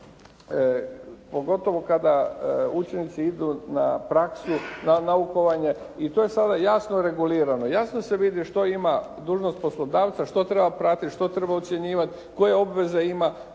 pogotovo kada učenici idu na praksu, na naukovanje. I to je sada jasno regulirano. Jasno se vidi što ima dužnost poslodavca, što treba pratiti, što treba ocjenjivati, koje obveze ima